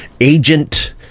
agent